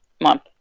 month